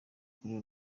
kuri